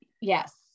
Yes